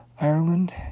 Ireland